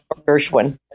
Gershwin